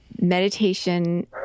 meditation